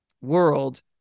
world